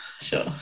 Sure